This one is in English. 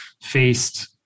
faced